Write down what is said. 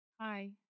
Hi